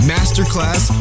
Masterclass